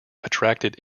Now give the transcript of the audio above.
attracted